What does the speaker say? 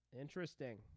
Interesting